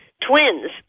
twins